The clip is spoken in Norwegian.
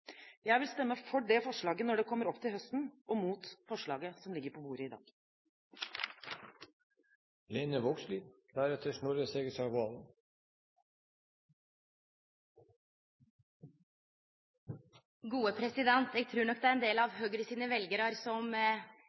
vil stemme for det forslaget når det kommer opp til høsten, og mot forslaget som ligger på bordet i dag. Eg trur nok det er ein del av Høgre sine veljarar som